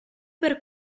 per